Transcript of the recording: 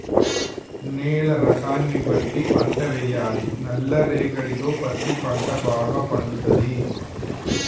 నేల రకాన్ని బట్టి పంట వేయాలి నల్ల రేగడిలో పత్తి పంట భాగ పండుతది